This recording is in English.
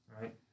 right